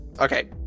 Okay